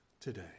today